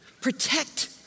Protect